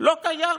לא קיים.